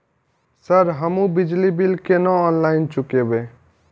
Sir हमू बिजली bill केना ऑनलाईन चुकेबे?